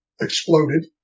exploded